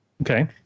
Okay